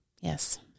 Yes